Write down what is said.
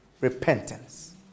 repentance